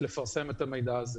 לפרסם את המידע הזה.